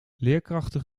leerkrachten